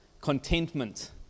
contentment